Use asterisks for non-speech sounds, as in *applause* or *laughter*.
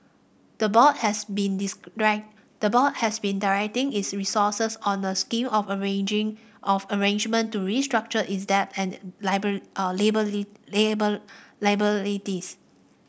the board has been *unintelligible* the board has been directing its resources on a scheme of arranging of arrangement to restructure its debts and lable *unintelligible* liabilities